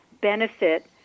benefit